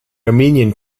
armenian